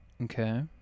Okay